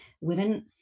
women